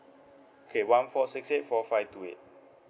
okay one four six eight four five two eight